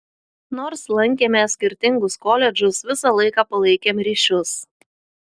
nors lankėme skirtingus koledžus visą laiką palaikėm ryšius